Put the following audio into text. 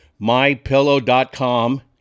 mypillow.com